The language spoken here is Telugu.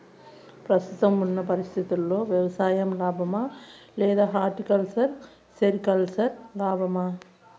ప్రస్తుతం ఉన్న పరిస్థితుల్లో వ్యవసాయం లాభమా? లేదా హార్టికల్చర్, సెరికల్చర్ లాభమా?